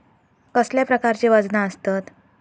कसल्या प्रकारची वजना आसतत?